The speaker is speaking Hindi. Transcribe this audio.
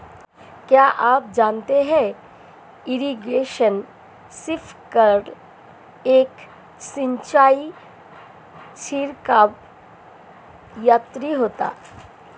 क्या आप जानते है इरीगेशन स्पिंकलर एक सिंचाई छिड़काव यंत्र है?